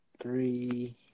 three